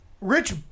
rich